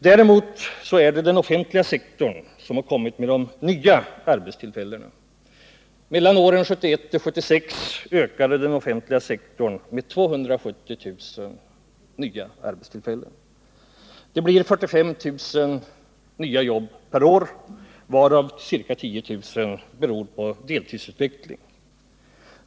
Den offentliga sektorn är den sektor som har kommit med de nya arbetstillfällena. Mellan åren 1971 och 1976 ökade den offentliga sektorn med 270 000 nya arbetstillfällen. Det blir 45 000 nya jobb per år, varav ca 10 000 beror på utvecklingen mot deltidsarbete.